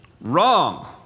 Wrong